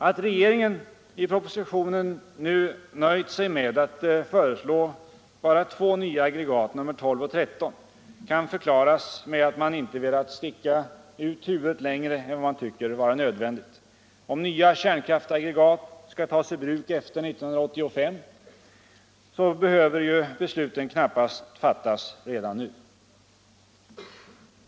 Att regeringen i propositionen nu nöjt sig med att föreslå bara två nya aggregat, nr 12 och 13, kan förklaras med att man inte velat sticka ut huvudet längre än man tycker vara nödvändigt. Om nya kärnkraftsaggregat skall tas i bruk efter 1985, behöver ju beslutet knappast fattas nu.